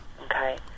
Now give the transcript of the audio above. Okay